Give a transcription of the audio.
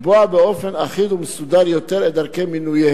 לקבוע באופן אחיד ומסודר יותר את דרכי מינוים